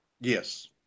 Yes